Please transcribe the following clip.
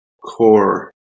core